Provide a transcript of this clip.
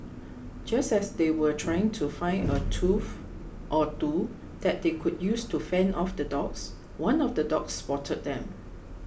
just as they were trying to find a tool or two that they could use to fend off the dogs one of the dogs spotted them